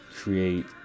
create